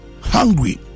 hungry